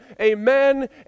Amen